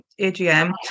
AGM